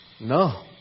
No